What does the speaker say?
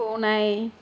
பூனை